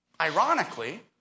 ironically